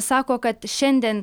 sako kad šiandien